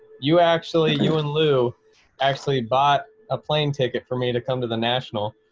you actually, you and lou actually bought a plane ticket for me to come to the national.